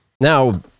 now